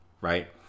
Right